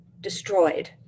destroyed